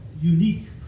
unique